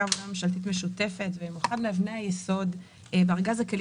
עבודה ממשלתית משותפת והוא אחד מאבני היסוד בארגז הכלים